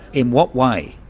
in what way?